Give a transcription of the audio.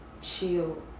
chill